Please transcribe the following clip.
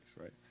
right